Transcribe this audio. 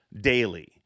daily